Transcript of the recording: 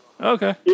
Okay